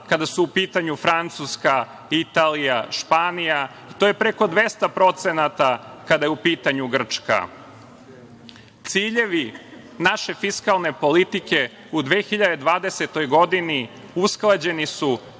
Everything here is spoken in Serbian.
kada su u pitanju Francuska, Italija, Španija i to je preko 200%, kada je u pitanju Grčka. Ciljevi naše fiskalne politike u 2020. godini su usklađeni sa